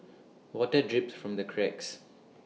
water drips from the cracks